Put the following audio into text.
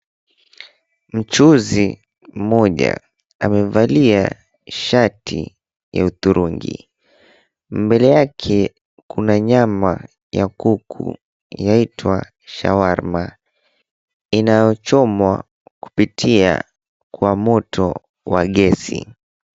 Mchuzi mmoja amevalia shati ya hudhurungi. Mbele yake kuna nyama ya kuku yaitwa shawarma. Inayochomwa kupitia kwa moto wa gesi.